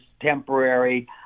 temporary